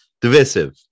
Divisive